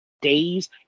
days